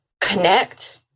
connect